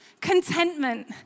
contentment